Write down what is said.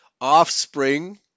offspring